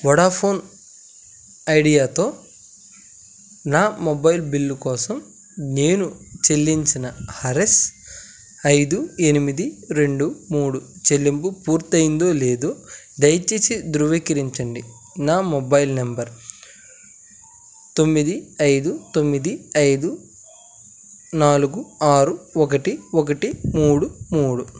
Vodafone ఐడియాతో నా mobile bill కోసం నేను చెల్లించిన ఆర్ ఎస్ ఐదు ఎనిమిది రెండు మూడు చెల్లింపు పూర్తయిందో లేదో దయచేసి ధృవీకరించండి నా మొబైల్ నెంబర్ తొమ్మిది ఐదు తొమ్మిది ఐదు నాలుగు ఆరు ఒకటి ఒకటి మూడు మూడు